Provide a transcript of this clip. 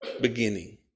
beginning